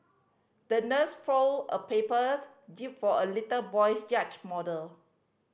the nurse folded a paper jib for a little boy's yacht model